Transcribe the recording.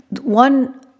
one